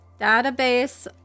Database